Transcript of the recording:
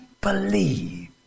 believe